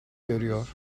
görüyor